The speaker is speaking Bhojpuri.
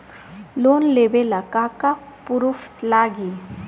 लोन लेबे ला का का पुरुफ लागि?